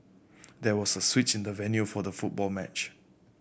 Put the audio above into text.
there was a switch in the venue for the football match